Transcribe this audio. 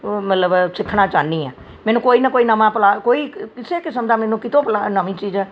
ਉਹ ਮਤਲਬ ਸਿੱਖਣਾ ਚਾਹੁੰਦੀ ਹਾਂ ਮੈਨੂੰ ਕੋਈ ਨਾ ਕੋਈ ਨਵਾਂ ਪਲਾ ਕੋਈ ਕਿਸੇ ਕਿਸਮ ਦਾ ਮੈਨੂੰ ਕਿਤੋਂ ਭਲਾ ਨਵੀਂ ਚੀਜ਼